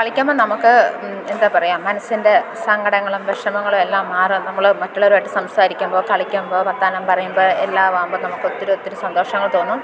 കളിക്കുമ്പം നമുക്ക് എന്താ പറയാ മനസ്സിൻ്റെ സങ്കടങ്ങളും വിഷമങ്ങളും എല്ലാം മാറും നമ്മൾ മറ്റുള്ളവരുമായിട്ട് സംസാരിക്കുമ്പോൾ കളിക്കുമ്പോൾ വർത്തമാനം പറയുമ്പം എല്ലാമാകുമ്പോൾ നമുക്കൊത്തിരി ഒത്തിരി സന്തോഷങ്ങൾ തോന്നും